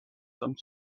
some